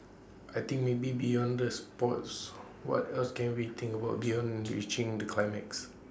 I think maybe beyond the sports what else can we think about beyond reaching the climax